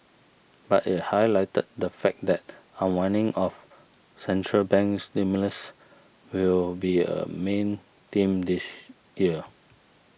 but it highlighted the fact that unwinding of central bank stimulus will be a main theme this year